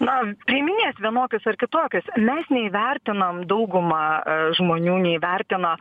man priiminės vienokius ar kitokius mes neįvertinam dauguma žmonių neįvertina